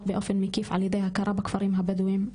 באופן מקיף על ידי הכרה בכפרים הבדווים,